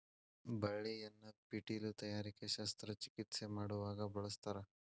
ಬಳ್ಳಿಯನ್ನ ಪೇಟಿಲು ತಯಾರಿಕೆ ಶಸ್ತ್ರ ಚಿಕಿತ್ಸೆ ಮಾಡುವಾಗ ಬಳಸ್ತಾರ